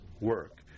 work